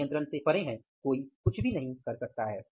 वे नियंत्रण से परे हैं कोई कुछ भी नहीं कर सकता है